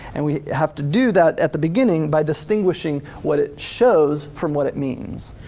and we have to do that at the beginning by distinguishing what it shows from what it means.